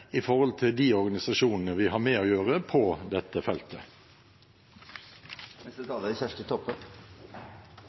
til å jobbe videre med overfor de organisasjonene vi har med å gjøre på dette